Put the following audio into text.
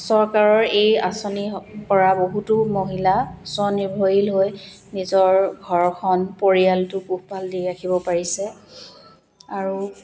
চৰকাৰৰ এই আঁচনিৰ পৰা বহুতো মহিলা স্বনিৰ্ভৰশীল হৈ নিজৰ ঘৰখন পৰিয়ালটো পোহপাল দি ৰাখিব পাৰিছে আৰু